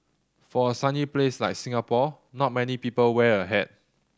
for a sunny place like Singapore not many people wear a hat